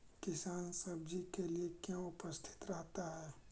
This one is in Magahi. किसान सब्जी के लिए क्यों उपस्थित रहता है?